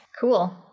cool